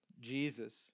Jesus